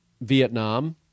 Vietnam